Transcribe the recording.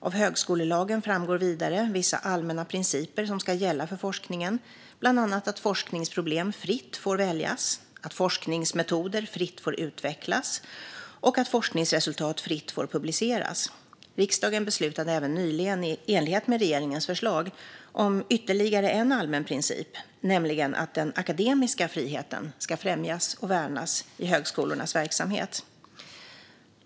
Av högskolelagen framgår vidare vissa allmänna principer som ska gälla för forskningen, bland annat att forskningsproblem fritt får väljas, att forskningsmetoder fritt får utvecklas och att forskningsresultat fritt får publiceras. Riksdagen beslutade även nyligen, i enlighet med regeringens förslag, om ytterligare en allmän princip, nämligen att den akademiska friheten ska främjas och värnas i högskolornas verksamhet.